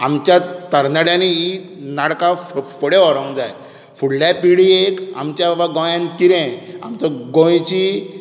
आमच्या तरणाट्यांनी हीं नाटकां फुडें व्हरोंक जाय फुडले पिळगेक आमच्या गोंयांत बाबा कितें आमचो गोंयची